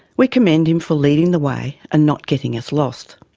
we commend him for leading the way and not getting us lost.